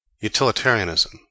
Utilitarianism